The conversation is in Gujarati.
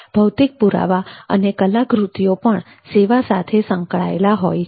ભૌતિક પુરાવા અને કલાકૃતિઓ પણ સેવા સાથે સંકળાયેલા હોય છે